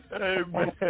Amen